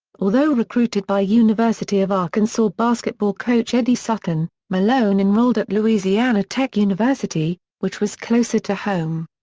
although recruited by university of arkansas basketball coach eddie sutton, malone enrolled at louisiana tech university, which was closer to home.